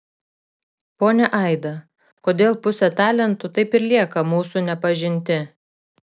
ponia aida kodėl pusė talentų taip ir lieka mūsų nepažinti